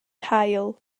cael